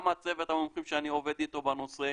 גם צוות המומחים שאני עובד איתו בנושא,